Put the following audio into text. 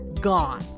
gone